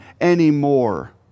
anymore